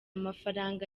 mafaranga